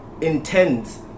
intends